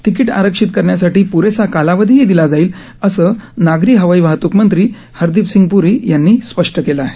ticket आरक्षित करण्यासाठी प्रेसा कालावधी दिला जाईल असं नागरी हवाई वाहतूक मंत्री हरदीप सिंग प्री यांनी स्पष्ट केलं आहे